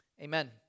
Amen